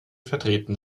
vertreten